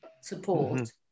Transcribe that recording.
support